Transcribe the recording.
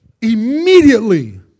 Immediately